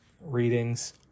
readings